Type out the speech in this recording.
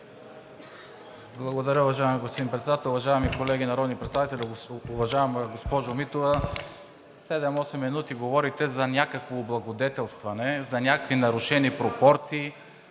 Благодаря, уважаеми господин Председател. Уважаеми колеги народни представители! Уважаема госпожо Митева, седем – осем минути говорите за някакво облагодетелстване, за някакви нарушени пропорции,